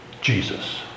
Jesus